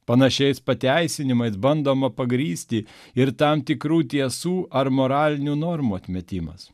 panašiais pateisinimais bandoma pagrįsti ir tam tikrų tiesų ar moralinių normų atmetimas